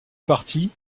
parti